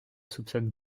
soupçonne